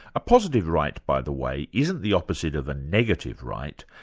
a positive right, by the way, isn't the opposite of a negative right,